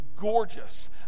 gorgeous